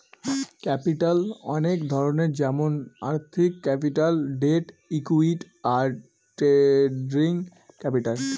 capital অনেক ধরনের যেমন আর্থিক ক্যাপিটাল, ডেট, ইকুইটি, আর ট্রেডিং ক্যাপিটাল